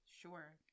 sure